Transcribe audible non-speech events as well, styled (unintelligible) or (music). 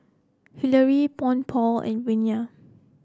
Hillary (unintelligible) and Vennie